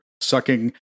Sucking